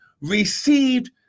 received